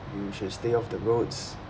you should stay off the roads